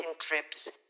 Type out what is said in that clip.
trips